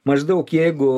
maždaug jeigu